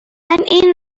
این